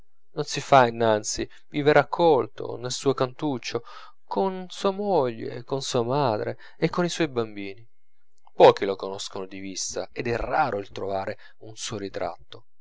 non si fa innanzi vive raccolto nel suo cantuccio con sua moglie con sua madre e coi suoi bambini pochi lo conoscono di vista ed è raro il trovare un suo ritratto